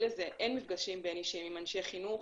לזה אין מפגשים בין אישיים עם אנשי חינוך